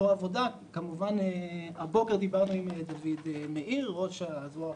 הבוקר דיברנו עם דוד מאיר, ראש זרוע העבודה.